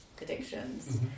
addictions